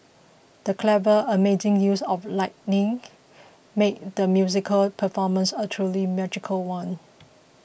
the clever amazing use of lighting made the musical performance a truly magical one